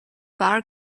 bar